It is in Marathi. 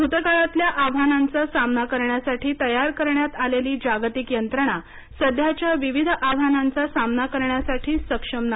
भूतकाळातल्या आव्हानांचा सामना करण्यासाठी तयार करण्यात आलेली जागतिक यंत्रणा सध्याच्या विविध आव्हानांचा सामना करण्यासाठी सक्षम नाही